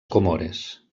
comores